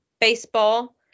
baseball